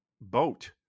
boat